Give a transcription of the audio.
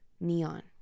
neon